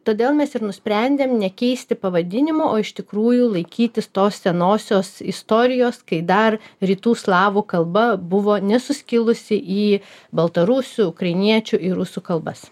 todėl mes ir nusprendėm nekeisti pavadinimo o iš tikrųjų laikytis tos senosios istorijos kai dar rytų slavų kalba buvo nesuskilusi į baltarusių ukrainiečių ir rusų kalbas